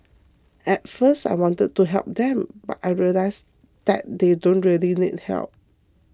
at first I wanted to help them but I realised that they don't really need help